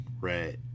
Right